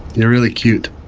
you're really cute.